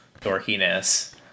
dorkiness